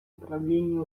управлінні